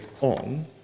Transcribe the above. on